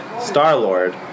Star-Lord